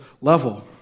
level